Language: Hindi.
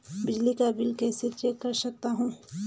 बिजली का बिल कैसे चेक कर सकता हूँ?